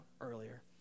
earlier